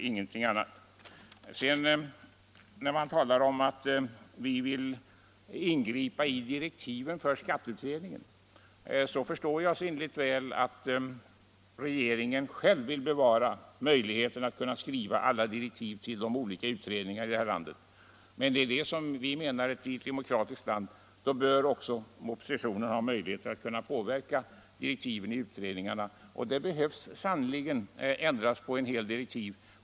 Sedan vill jag säga några ord om diskussionen att vi vill ingripa i direktiven för skatteutredningen. Jag förstår så innerligt väl att regeringen själv vill bevara möjligheten att kunna skriva alla direktiv till de olika utredningarna i det här landet. Men vi menar att i ett demokratiskt land bör också oppositionen beredas möjlighet att påverka direktiven till utredningarna. Det behövs sannerligen ändras på en hel del direktiv.